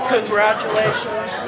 Congratulations